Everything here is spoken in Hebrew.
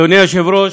אדוני היושב-ראש,